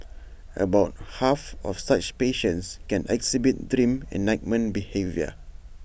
about half of such patients can exhibit dream enactment behaviour